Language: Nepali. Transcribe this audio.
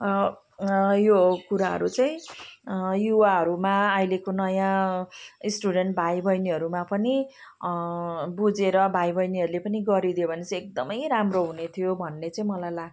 यो कुराहरू चाहिँ युवाहरूमा अहिलेको नयाँ स्टुडेन्ट भाइबहिनीहरूमा पनि बुझेर भाइबहिनीहरूले पनि गरिदियो भने चाहिँ एकदमै राम्रो हुनेथियो भन्ने चाहिँ मलाई लाग्छ